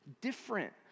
different